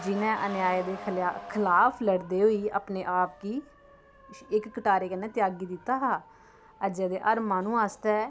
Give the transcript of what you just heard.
जिनें अन्याय दे खलाफ़ खलाफ लड़दे होई अपने आप गी इक कटारै कन्नै तेआगी दित्ता हा अज्जै दे हर माह्नू आस्तै